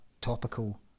topical